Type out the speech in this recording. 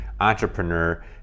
entrepreneur